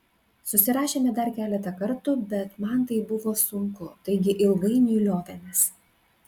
susirašėme dar keletą kartų bet man tai buvo sunku taigi ilgainiui liovėmės